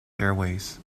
airways